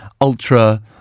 ultra-